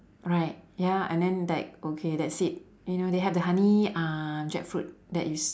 right ya and then like okay that's it you know they have the honey uh jackfruit that is